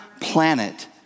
planet